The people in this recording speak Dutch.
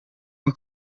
een